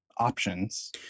options